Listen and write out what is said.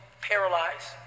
paralyzed